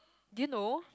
did you know